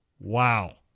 Wow